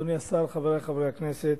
אדוני השר, חברי חברי הכנסת,